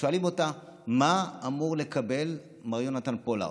ושואלים אותה: מה אמור לקבל מר יונתן פולארד?